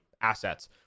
assets